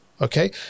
Okay